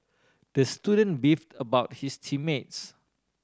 the student beefed about his team mates